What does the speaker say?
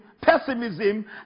pessimism